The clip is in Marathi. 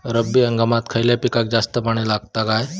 रब्बी हंगामात खयल्या पिकाक जास्त पाणी लागता काय?